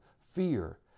fear